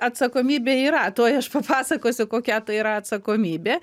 atsakomybė yra tuoj aš papasakosiu kokia tai yra atsakomybė